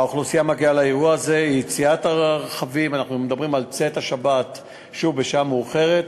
האוכלוסייה מגיעה לאירוע הזה כשיציאת הרכבים בצאת השבת היא בשעה מאוחרת.